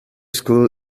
school